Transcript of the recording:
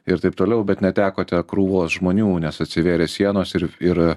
ir taip toliau bet netekote krūvos žmonių nes atsiverė sienos ir ir